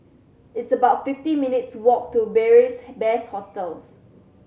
it's about fifty minutes' walk to Beary Best Hostel